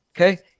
Okay